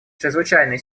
чрезвычайные